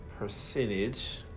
Percentage